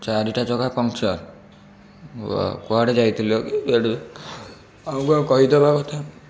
ଚାରିଟା ଚକା ପମ୍ପଚର୍ କୁଆଡ଼େ ଯାଇଥିଲ କି ଗାଡ଼ି ଆଗୁଆ କହିଦେବା କଥା